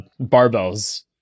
Barbells